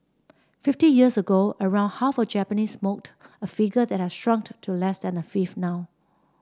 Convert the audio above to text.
fifty years ago around half of Japanese smoked a figure that has shrunk to less than a fifth now